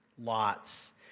lots